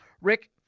Rick